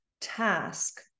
task